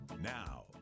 Now